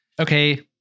Okay